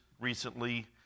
recently